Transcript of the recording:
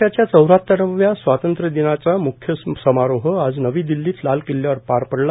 देशाच्या चौऱ्याहतराव्या स्वातंत्र्य दिनाचा म्ख्य समारोह आज नवी दिल्लीत लाल किल्ल्यावर पार पडला